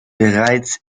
bereits